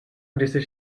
kdysi